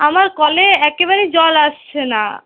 আমার কলে একেবারে জল আসছে না